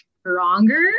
stronger